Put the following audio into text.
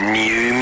new